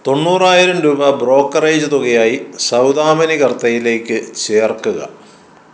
തൊണ്ണൂറായിരം രൂപ ബ്രോക്കറേജ് തുകയായി സൗദാമിനി കർത്തയിലേക്ക് ചേർക്കുക